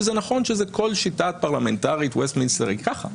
שזה נכון שכל שיטה פרלמנטרית היא כך.